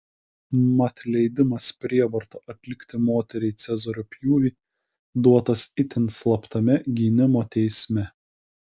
mat leidimas prievarta atlikti moteriai cezario pjūvį duotas itin slaptame gynimo teisme